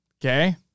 Okay